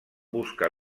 busca